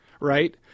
right